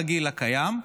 הרגיל הקיים,